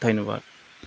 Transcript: धयनबाद